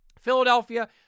Philadelphia